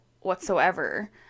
whatsoever